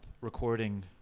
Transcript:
recording